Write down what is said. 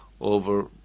over